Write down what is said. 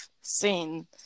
seen